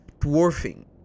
dwarfing